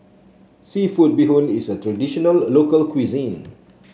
seafood Bee Hoon is a traditional local cuisine